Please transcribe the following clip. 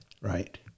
right